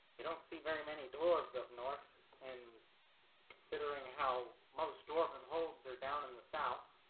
you don't see very many dwarves up north and considering how most dwarven holds are down in the south,